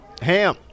Ham